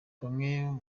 bamwe